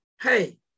hey